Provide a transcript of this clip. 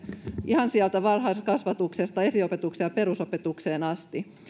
ihan sieltä varhaiskasvatuksesta esiopetukseen ja perusopetukseen asti